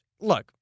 look